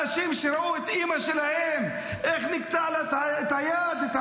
אנשים שראו את אימא שלהם, איך נקטעה לה היד, הרגל,